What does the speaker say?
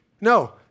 No